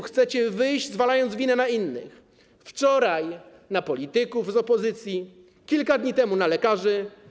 Chcecie wyjść z kryzysu, zwalając winę na innych, wczoraj na polityków opozycji, kilka dni temu na lekarzy.